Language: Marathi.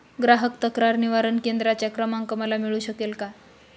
ग्राहक तक्रार निवारण केंद्राचा क्रमांक मला मिळू शकेल का?